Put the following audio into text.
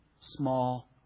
small